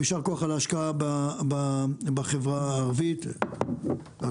וישר כוח על ההשקעה בחברה הערבית והדרוזית.